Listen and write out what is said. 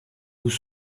vous